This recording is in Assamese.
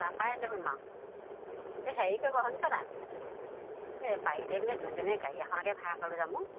তাৰপৰাই ধৰিম আৰু এই হেৰি কৰিব শুনিছেনে এই পাৰিলে মানে দুইজনীয়ে গাড়ী এখনকে ভাড়া কৰি লৈ যাম অ'